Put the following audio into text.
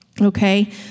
Okay